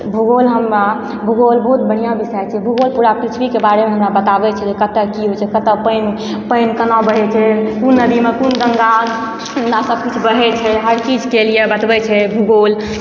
भूगोल हमरा भूगोल बहुत बढ़िआँ विषय छै भूगोल पूरा पृथ्वीके बारेमे हमरा बताबय छै जे कतऽ की होइ छै कतऽ पानि पानि केना बहय छै कोन नदीमे कोन गंगा सब किछु बहय छै हर चीजके लिये बतबय छै भूगोल